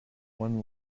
one